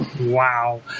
Wow